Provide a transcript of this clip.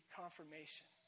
confirmation